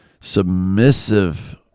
submissive